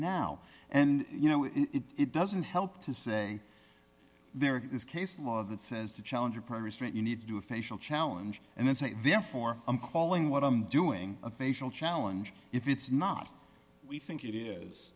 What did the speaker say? now and you know it doesn't help to say there is case law that says to challenge your premise don't you need to do a facial challenge and then say therefore i'm calling what i'm doing a facial challenge if it's not we think it is